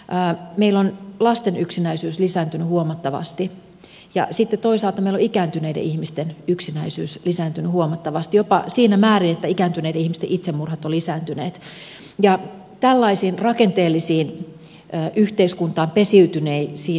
meillä on lasten yksinäisyys lisääntynyt huomattavasti ja sitten toisaalta meillä on ikääntyneiden ihmisten yksinäisyys lisääntynyt huomattavasti jopa siinä määrin että ikääntyneiden ihmisten itsemurhat ovat lisääntyneet